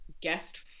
guest